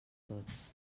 tots